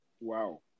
Wow